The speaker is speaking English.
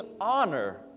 honor